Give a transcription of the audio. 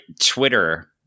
Twitter